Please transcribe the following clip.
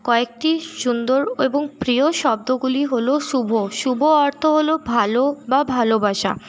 কয়েকটি সুন্দর এবং প্রিয় শব্দগুলি হলো শুভ শুভ অর্থ হলো ভালো বা ভালোবাসা